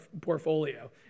portfolio